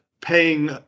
paying